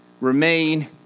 remain